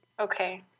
Okay